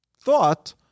thought